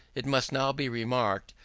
it must now be remarked,